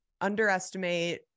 underestimate